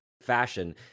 fashion